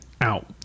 out